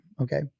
okay